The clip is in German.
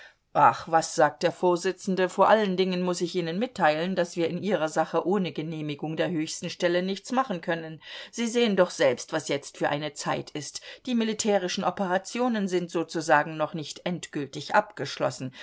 ach was sagt der vorsitzende vor allen dingen muß ich ihnen mitteilen daß wir in ihrer sache ohne genehmigung der höchsten stelle nichts machen können sie sehen doch selbst was jetzt für eine zeit ist die militärischen operationen sind sozusagen noch nicht endgültig abgeschlossen